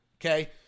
okay